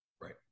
Right